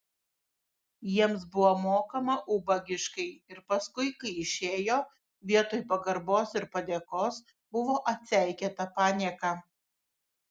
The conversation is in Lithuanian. jiems buvo mokama ubagiškai ir paskui kai išėjo vietoj pagarbos ir padėkos buvo atseikėta panieka